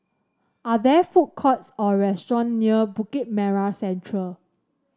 are there food courts or restaurant near Bukit Merah Central